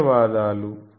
ధన్యవాదాలు